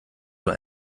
wohl